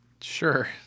Sure